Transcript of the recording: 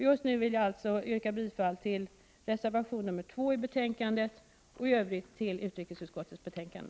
Jag yrkar bifall till reservation 2 och i övrigt till hemställan i utskottets betänkande.